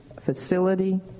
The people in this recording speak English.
facility